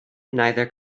neither